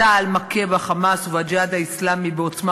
צה"ל מכה ב"חמאס" וב"ג'יהאד האסלאמי" בעוצמה